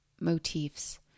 motifs